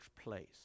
place